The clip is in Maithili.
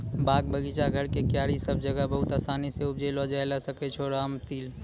बाग, बगीचा, घर के क्यारी सब जगह बहुत आसानी सॅ उपजैलो जाय ल सकै छो रामतिल